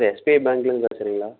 S K பேங்க்லருந்து பேசுகிறிங்களா